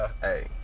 hey